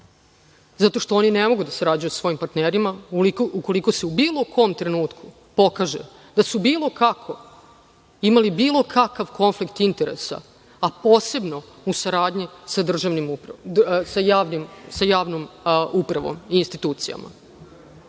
zato što oni ne mogu da sarađuju sa svojim partnerima ukoliko se u bilo kom trenutku pokaže da su bilo kako imali bilo kakav konflikt interesa, a posebno u saradnji sa javnom upravom i institucijama.